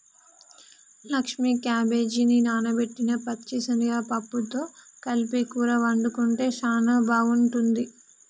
లక్ష్మీ క్యాబేజిని నానబెట్టిన పచ్చిశనగ పప్పుతో కలిపి కూర వండుకుంటే సానా బాగుంటుంది